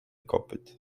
kopyt